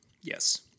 Yes